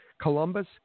Columbus